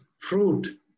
fruit